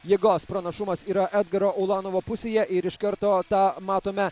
jėgos pranašumas yra edgaro ulanovo pusėje ir iš karto tą matome